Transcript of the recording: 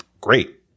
Great